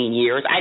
years